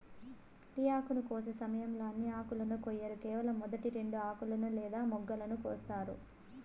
tea ఆకును కోసే సమయంలో అన్ని ఆకులను కొయ్యరు కేవలం మొదటి రెండు ఆకులను లేదా మొగ్గలను కోస్తారు